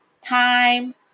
time